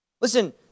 Listen